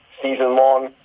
season-long